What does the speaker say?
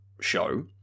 show